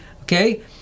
Okay